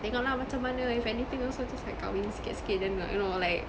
tengok lah macam mana if anything also just like kahwin sikit sikit then like you know like